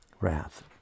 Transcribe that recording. Wrath